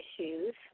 issues